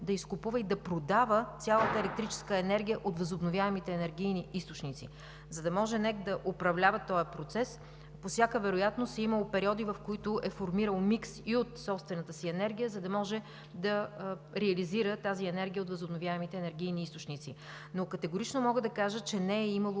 да изкупува и да продава цялата електрическа енергия от възобновяемите енергийни източници. За да може НЕК да управлява този процес, по всяка вероятност е имало периоди, в които е формирал микс и от собствената си енергия, за да може да реализира тази енергия от възобновяемите енергийни източници. Но категорично мога да кажа, че не е имало